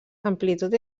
amplitud